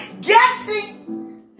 Guessing